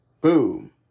Boom